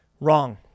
wrong